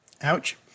Ouch